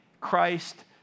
Christ